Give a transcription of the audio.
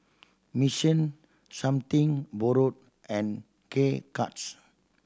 Mission Something Borrowed and K Cuts